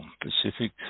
Pacific